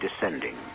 descending